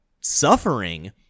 suffering